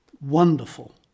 wonderful